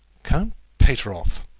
count pateroff!